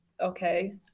okay